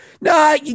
no